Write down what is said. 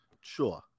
Sure